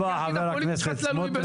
תודה רבה חבר הכנסת סמוטריץ',